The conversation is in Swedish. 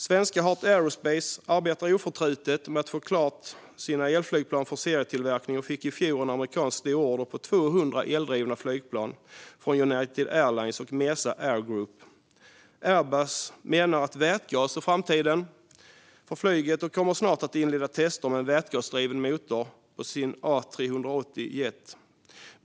Svenska Heart Aerospace arbetar oförtrutet vidare med att få klart sina elflygplan för serietillverkning och fick i fjol en amerikansk stororder på 200 eldrivna flygplan från United Airlines och Mesa Air Group. Airbus menar att vätgas är framtiden för flyget och kommer snart att inleda tester med en vätgasdriven motor på sitt A380 jetflygplan.